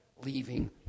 leaving